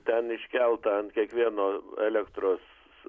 ten iškelta ant kiekvieno elektros